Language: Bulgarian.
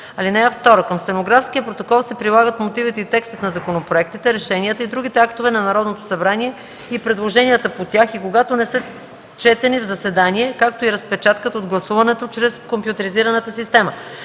(2) Към стенографския протокол се прилагат мотивите и текстът на законопроектите, решенията и другите актове на Народното събрание и предложенията по тях и когато не са четени в заседание, както и разпечатката от гласуването чрез компютризираната система.